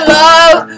love